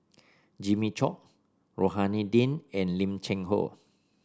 Jimmy Chok Rohani Din and Lim Cheng Hoe